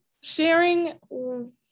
sharing